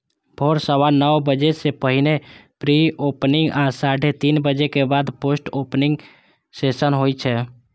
भोर सवा नौ बजे सं पहिने प्री ओपनिंग आ साढ़े तीन बजे के बाद पोस्ट ओपनिंग सेशन होइ छै